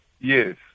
Yes